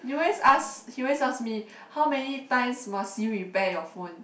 you always ask he always ask me how many times must you repair your phone